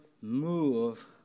move